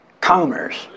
commerce